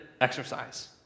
exercise